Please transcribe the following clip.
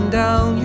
down